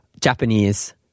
Japanese